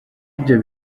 ibyo